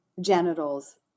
genitals